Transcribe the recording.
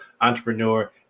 entrepreneur